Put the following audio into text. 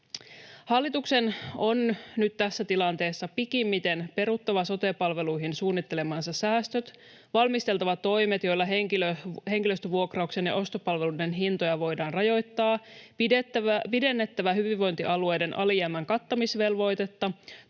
Hallituksen on nyt tässä tilanteessa pikimmiten peruttava sote-palveluihin suunnittelemansa säästöt, valmisteltava toimet, joilla henkilöstövuokrauksen ja ostopalveluiden hintoja voidaan rajoittaa, pidennettävä hyvinvointialueiden alijäämän kattamisvelvoitetta,